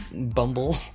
Bumble